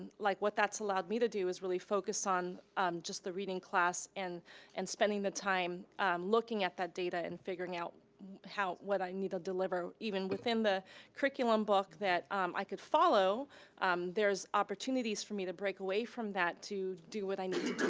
like, what that's allowed me to do is really focus on um just the reading class and and spending the time looking at that data and figuring out how, what i need to deliver, even within the curriculum book that um i could follow there's opportunities for me to break away from that to do what i need